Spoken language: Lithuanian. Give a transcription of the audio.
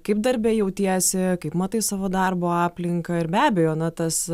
kaip darbe jautiesi kaip matai savo darbo aplinką ir be abejo na tas